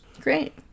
Great